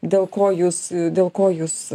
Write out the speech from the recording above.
dėl ko jus dėl ko jūs